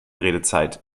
redezeit